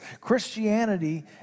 Christianity